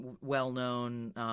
well-known